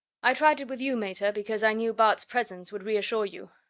i tried it with you, meta, because i knew bart's presence would reassure you.